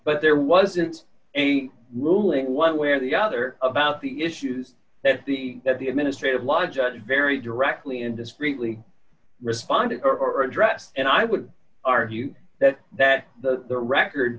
but there wasn't a ruling one way or the other about the issues that the that the administrative law judge very directly and discreetly responded or addressed and i would argue that that the record